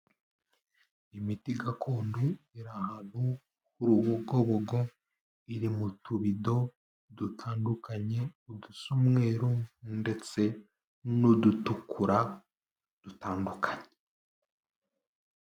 Imiti gakondo iri ahantu h'urubugobogo, iri mu tubido dutandukanye, udusa umweru ndetse n'udutukura dutandukanye.